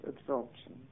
absorption